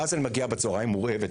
ואז אני מגיעה בצוהריים מורעבת,